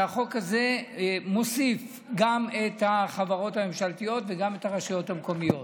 והחוק הזה מוסיף גם את החברות הממשלתיות וגם את הרשויות המקומיות.